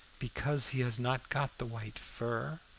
because he has not got the white fur?